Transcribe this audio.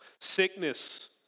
sickness